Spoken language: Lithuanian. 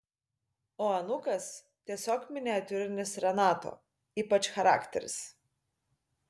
o anūkas tiesiog miniatiūrinis renato ypač charakteris